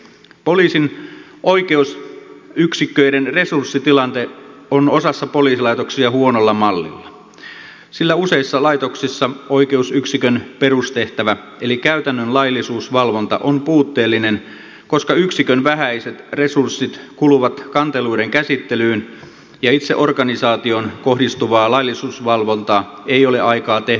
poliisin oikeusyksiköiden resurssitilanne on osassa poliisilaitoksia huonolla mallilla sillä useissa laitoksissa oikeusyksikön perustehtävä eli käytännön laillisuusvalvonta on puutteellinen koska yksikön vähäiset resurssit kuluvat kanteluiden käsittelyyn ja itse organisaatioon kohdistuvaa laillisuusvalvontaa ei ole aikaa tehdä lainkaan